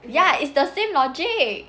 ya it's the same logic